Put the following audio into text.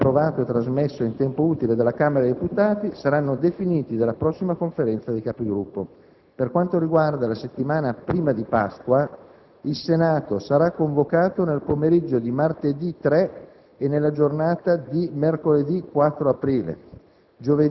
ove approvato e trasmesso in tempo utile dalla Camera dei deputati - saranno definiti dalla prossima Conferenza dei Capigruppo. Per quanto riguarda la settimana prima di Pasqua, il Senato sarà convocato nel pomeriggio di martedì 3 e nella giornata di mercoledì 4 aprile